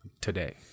today